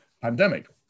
pandemic